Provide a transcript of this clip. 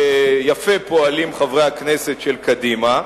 ויפה פועלים חברי הכנסת של קדימה.